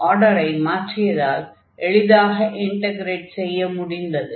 ஆர்டரை மாற்றியதால் எளிதாக இன்டக்ரேட் செய்ய முடிந்தது